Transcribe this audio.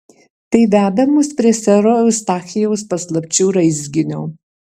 tai veda mus prie sero eustachijaus paslapčių raizginio